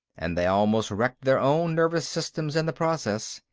and they almost wrecked their own nervous systems in the process.